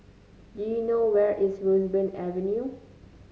do you know where is Roseburn Avenue